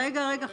חברים, רגע.